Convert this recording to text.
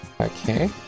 Okay